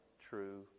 true